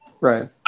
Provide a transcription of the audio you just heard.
Right